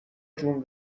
جون